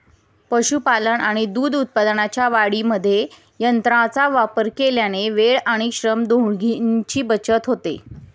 पशुपालन आणि दूध उत्पादनाच्या वाढीमध्ये यंत्रांचा वापर केल्याने वेळ आणि श्रम दोन्हीची बचत होते